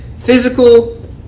physical